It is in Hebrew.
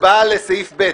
הצבעה לסעיף ב.